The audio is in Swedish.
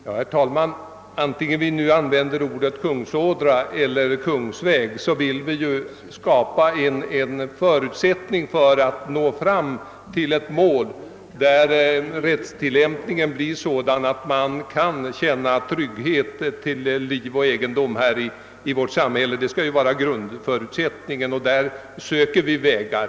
Herr talman! Vare sig vi använder ordet kungsådra eller ordet kungsväg vill vi ju skapa en förutsättning för att nå fram till målet, att rättstillämpningen blir sådan att man kan känna trygghet till liv och egendom i vårt sam hälle. Det skall vara grundförutsättningen, och därvidlag söker vi vägar.